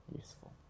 useful